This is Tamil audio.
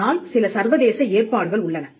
ஆனால் சில சர்வதேச ஏற்பாடுகள் உள்ளன